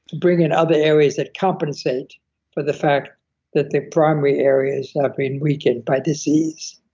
bring in other areas that compensate for the fact that their primary areas have been weakened by disease